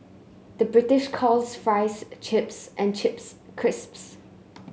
the British calls fries chips and chips crisps